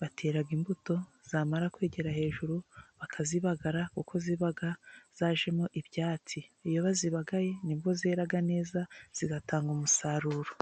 batera imbuto, zamara kwigira hejuru bakazibagara, kuko ziba zajemo ibyatsi, iyo bazibagaye nibwo zera neza, zigatanga umusaruro.